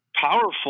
powerful